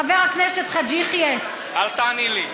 חבר הכנסת חאג' יחיא, אל תעני לי.